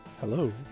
Hello